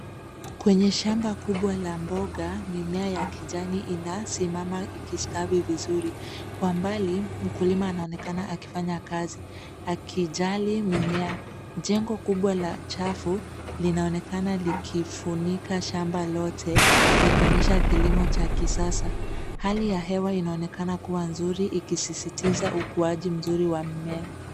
Kwenye shamba kubwa la mboga mimea ya kijani inasimama ikistawi vizuri kwa mbali mkulima anaonekana akifanya kazi akijali mimea. Jengo kubwa la chafu linaonekana likifunika shamba lote likionyesha kilimo cha kisasa hali ya hewa inaonekana kuwa nzuri ikisisitiza ukuaji mzuri wa mimea.